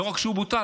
לא רק שהוא בוטל,